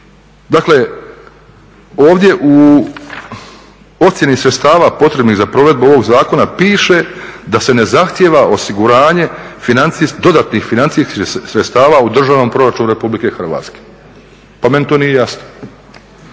Dakle, ovdje u ocjeni sredstava potrebnih za provedbu ovog zakona piše da se ne zahtijeva osiguranje dodatnih financijskih sredstava u državnom proračunu Republike Hrvatske. Pa meni to nije jasno.